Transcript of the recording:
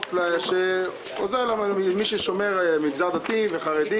שמיועד לאנשים מן המגזר הדתי והחרדי.